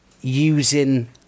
using